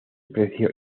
precio